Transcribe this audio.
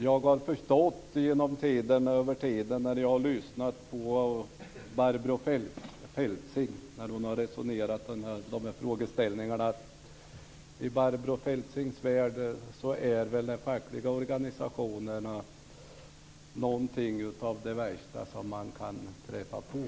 Fru talman Efter att ha lyssnat på Barbro Feltzing har jag förstått att i hennes värld är de fackliga organisationerna något av det värsta man kan träffa på